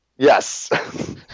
Yes